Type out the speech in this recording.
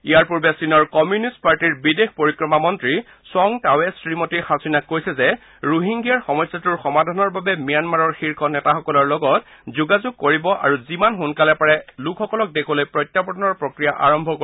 ইয়াৰ পূৰ্বে চীনৰ কমিউনিষ্ট পাৰ্টীৰ বিদেশ পৰিক্ৰমা মন্ত্ৰী চঙ টাৱে শ্ৰীমতী হাছিনাক কৈছে যে ৰোহিংগিয়াৰ সমস্যাটোৰ সমাধানৰ বাবে ম্যানমাৰৰ শীৰ্ষ নেতাসকলৰ লগত যোগাযোগ কৰিব আৰু যিমান সোনকালে পাৰে লোকসকলক দেশলৈ প্ৰত্যাবৰ্তনৰ প্ৰক্ৰিয়া আৰম্ভ কৰিব